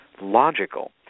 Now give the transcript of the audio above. logical